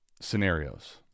scenarios